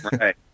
right